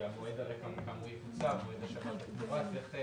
כי מועד השבת התמורה יקוצר,